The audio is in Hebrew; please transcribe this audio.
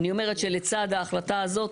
אני אומרת שלצד ההחלטה הזאת,